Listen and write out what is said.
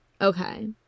Okay